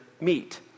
meet